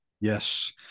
Yes